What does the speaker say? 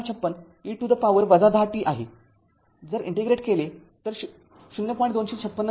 ५६ e to the power १० t आहे जर integrate केले तर ०